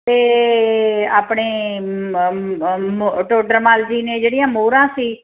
ਅਤੇ ਆਪਣੇ ਟੋਡਰਮੱਲ ਜੀ ਨੇ ਜਿਹੜੀਆਂ ਮੋਹਰਾਂ ਸੀ